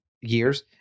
years